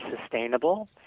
sustainable